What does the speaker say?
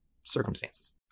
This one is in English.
circumstances